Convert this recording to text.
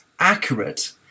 accurate